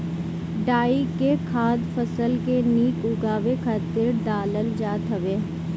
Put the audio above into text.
डाई के खाद फसल के निक उगावे खातिर डालल जात हवे